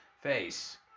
face